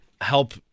help